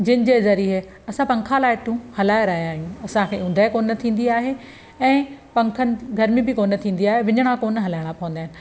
जंहिंजे ज़रिए असां पंखा लाइटूं हलाए रहिया आहियूं असांखे ऊंदहि कोन थींदी आहे ऐं पंखनि गर्मी बि कोन थींदी आहे विञिणा कोन हलाइणा पवंदा आहिनि